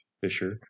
Fisher